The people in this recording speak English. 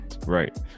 right